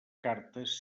cartes